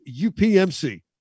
UPMC